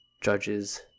judges